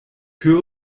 höre